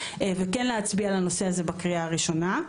וכן להצביע על הנושא הזה בקריאה הראשונה.